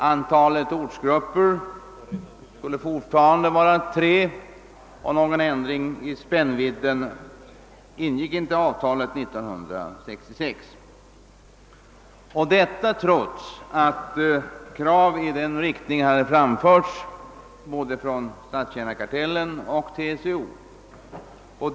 Antalet ortsgrupper skulle fortfarande vara tre och någon ändring av spännvidden ingick inte i avtalet 1966, detta trots att krav i den riktningen hade framförts både från Statstjänarkartellen och TCO.